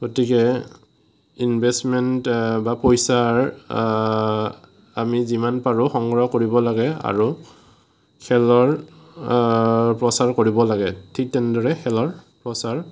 গতিকে ইনভেষ্টমেণ্ট বা পইচাৰ আমি যিমান পাৰোঁ সংগ্ৰহ কৰিব লাগে আৰু খেলৰ প্ৰচাৰ কৰিব লাগে ঠিক তেনেদৰে খেলৰ প্ৰচাৰ